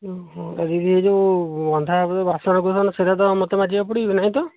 ଓହୋ ଆଉ ଦିଦି ଏ ଯେଉଁ ରନ୍ଧା ପରେ ବାସନ କୁସନ ସେଇଟା ତ ମୋତେ ମାଜିବାକୁ ପଡ଼ିବ ନାହିଁ ତ